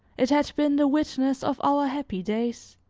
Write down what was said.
it had been the witness of our happy days.